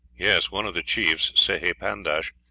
yes one of the chiefs, sehi pandash,